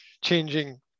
changing